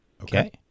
Okay